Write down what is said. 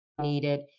needed